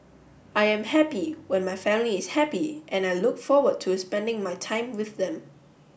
I am happy when my family is happy and I look forward to spending my time with them